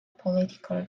political